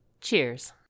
Cheers